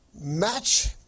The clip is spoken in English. match